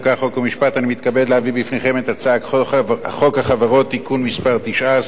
חוק ומשפט אני מתכבד להביא בפניכם את הצעת חוק החברות (תיקון מס' 19),